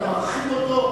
אתה מרחיב אותו,